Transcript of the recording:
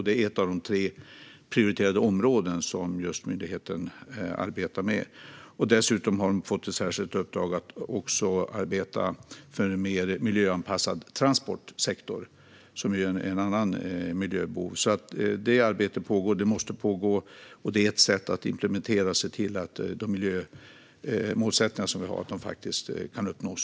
Det är ett av de tre prioriterade områden som myndigheten arbetar med. Dessutom har man fått ett särskilt uppdrag att också arbeta för en mer miljöanpassad transportsektor, som ju är en annan miljöbov. Det arbetet pågår. Det måste pågå. Det är ett sätt att implementera och se till att de miljömålsättningar vi har faktiskt kan uppnås.